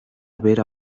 haber